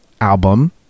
album